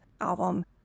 album